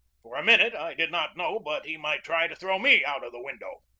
for a minute i did not know but he might try to throw me out of the window.